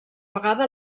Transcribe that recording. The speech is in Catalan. vegada